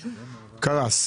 קרס.